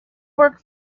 work